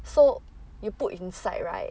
so you put inside right